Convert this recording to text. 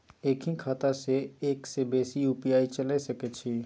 एक ही खाता सं एक से बेसी यु.पी.आई चलय सके छि?